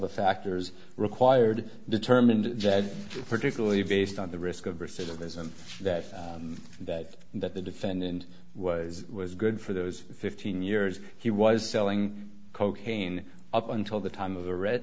the factors required determined particularly based on the risk of recidivism that that that the defendant was was good for those fifteen years he was selling cocaine up until the time of the re